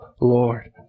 Lord